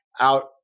out